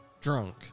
Drunk